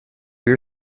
your